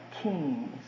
kings